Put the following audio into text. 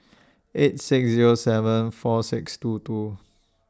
eight six Zero seven four six two two